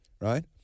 right